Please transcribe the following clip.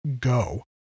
go